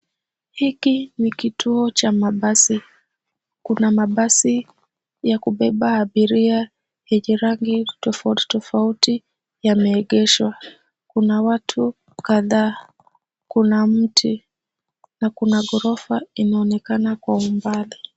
Hiki ni kituo cha mabasi. Kuna mabasi ya kubeba abiria yenye rangi tofauti tofauti, yameegeshwa. Kuna watu kadhaa, kuna mti na kuna ghorofa inaonekana kwa umbali.